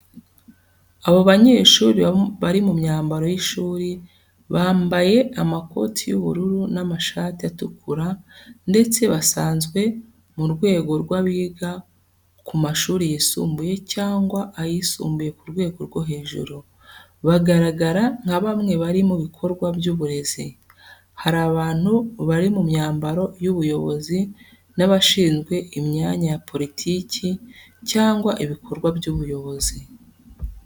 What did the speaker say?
Abo banyeshuri bari mu myambaro y’ishuri, bambaye amakoti y’ubururu n’amashati atukura, ndetse basanzwe mu rwego rw’abiga ku mashuri yisumbuye cyangwa ayisumbuye ku rwego rwo hejuru. Bagaragara nka bamwe bari mu bikorwa by’uburezi. Hari abantu bari mu myambaro y’ubuyobozi n’abashinzwe imyanya ya politiki cyangwa ibikorwa by’ubuyobozi.